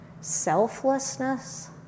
selflessness